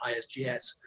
ISGS